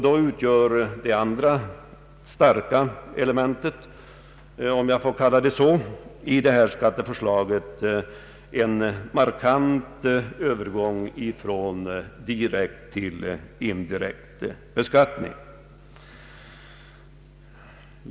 Det andra starka elementet, om jag får kalla det så, i skatteförslaget är en markant övergång från direkt till indirekt beskattning.